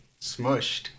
smushed